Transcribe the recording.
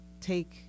take